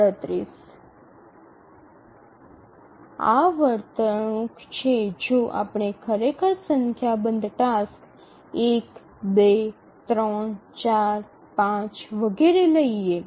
આ વર્તણૂક છે જો આપણે ખરેખર સંખ્યાબંધ ટાસક્સ ૧ ૨ ૩ ૪ ૫ વગેરે લઈએ